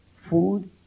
food